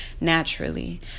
naturally